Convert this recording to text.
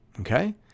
okay